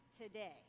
today